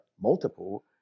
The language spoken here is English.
multiple